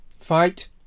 fight